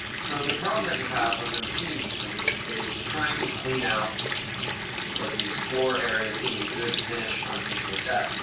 so the problem that you have when you're machining these things, is trying to clean out like these floor areas, getting a good finish on things like that.